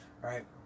right